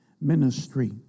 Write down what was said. ministry